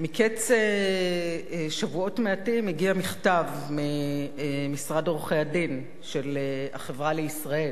מקץ שבועות מעטים הגיע מכתב ממשרד עורכי-הדין של "החברה לישראל",